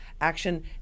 Action